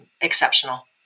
exceptional